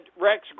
Rex